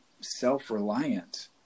self-reliant